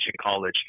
College